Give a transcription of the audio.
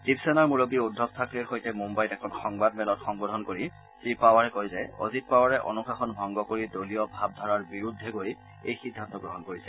শিৱসেনাৰ মূৰববী উদ্ধৱ থাকৰেৰ সৈতে মুম্বাইত এখন সংবাদ মেলক সম্বোধন কৰি শ্ৰীপাৱাৰে কয় যে অজিত পাৱাৰে অনুশাসন ভংগ কৰি দলীয় ভাবধাৰাৰ বিৰুদ্ধে গৈ এই সিদ্ধান্ত গ্ৰহণ কৰিছে